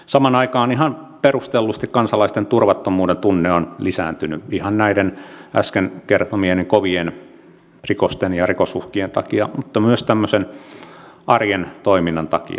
samaan aikaan ihan perustellusti kansalaisten turvattomuudentunne on lisääntynyt äsken kertomieni kovien rikosten ja rikosuhkien takia mutta myös tämmöisen arjen toiminnan takia